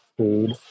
food